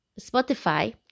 spotify